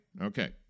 Okay